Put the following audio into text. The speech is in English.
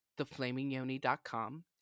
theflamingyoni.com